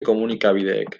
komunikabideek